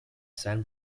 san